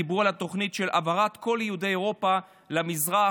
דיברו על התוכנית של העברת כל יהודי אירופה למזרח,